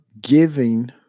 giving